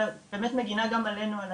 אלא באמת גם מגינה עלינו הציבור.